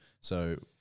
So-